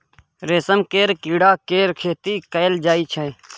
रेशम केर कीड़ा केर खेती कएल जाई छै